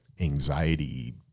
anxiety